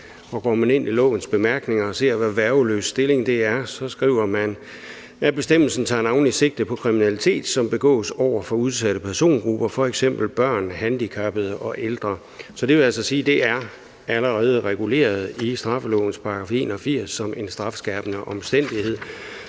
Går man ind i bemærkningerne og ser, hvad værgeløs stilling er, så står der, at bestemmelsen navnlig tager sigte på kriminalitet, som begås over for udsatte persongrupper, f.eks. børn, handicappede og ældre. Det vil altså sige, at det allerede er reguleret i straffelovens § 81 som en strafskærpende omstændighed,